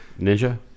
ninja